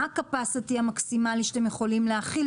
מה התפוסה המקסימלית שאתם יכולים להכיל